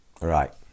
Right